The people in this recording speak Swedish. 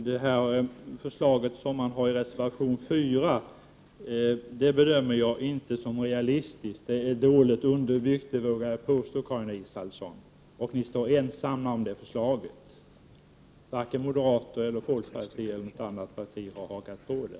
Det förslag som centern har i reservation 4 bedömer jag inte som realistiskt. Det är dåligt underbyggt, vågar jag påstå, Karin Israelsson. Ni står ensamma om det förslaget. Varken moderaterna, folkpartiet eller något annat parti har hakat på det.